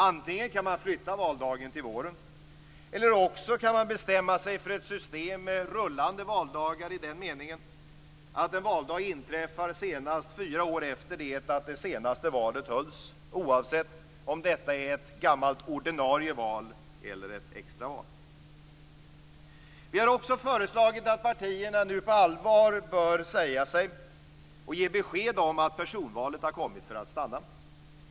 Antingen kan man flytta valdagen till våren, eller också kan man bestämma sig för ett system med rullande valdagar i den meningen att en valdag inträffar senast fyra år efter det att det senaste valet hölls oavsett som detta är ett gammalt ordinarie val eller ett extraval. Vi har också föreslagit att partierna nu på allvar bör säga sig och ge besked om att personvalet har kommit för att stanna.